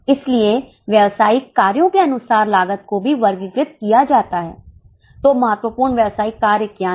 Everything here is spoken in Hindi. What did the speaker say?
इसलिए व्यावसायिक कार्यों के अनुसार लागत को भी वर्गीकृत किया जाता है तो महत्वपूर्ण व्यावसायिक कार्य क्या है